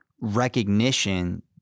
recognition